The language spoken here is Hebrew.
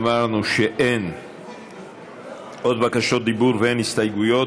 אמרנו שאין עוד בקשות דיבור ואין הסתייגויות.